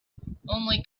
only